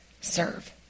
serve